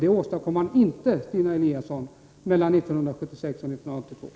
Detta åstadkom man inte mellan 1976 och 1982 Stina Eliasson!